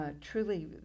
truly